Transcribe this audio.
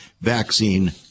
vaccine